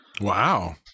wow